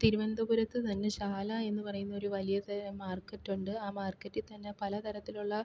തിരുവനന്തപുരത്ത് തന്നെ ശാല എന്ന് പറയുന്നൊരു വലിയ തരം മാർക്കറ്റ് ഉണ്ട് ആ മാർക്കറ്റിൽ തന്നെ പല തരത്തിലുള്ള